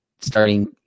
starting